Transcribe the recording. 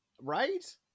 right